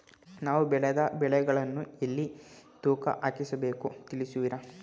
ನಾವು ಬೆಳೆದ ಬೆಳೆಗಳನ್ನು ಎಲ್ಲಿ ತೂಕ ಹಾಕಿಸಬೇಕು ತಿಳಿಸುವಿರಾ?